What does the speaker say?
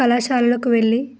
కళాశాలకు వెళ్ళి